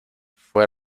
fue